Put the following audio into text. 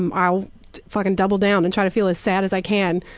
um i'll fucking double down and try to feel as sad as i can.